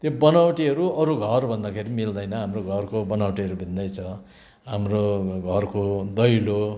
त्यो बनावटीहरू अरू घर भन्दाखेरि मिल्दैन हाम्रो घरको बनावटीहरू भिन्दै छ हाम्रो घरको दैलो